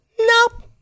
nope